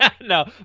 No